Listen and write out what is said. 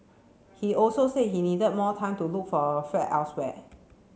he also said he needed more time to look for a flat elsewhere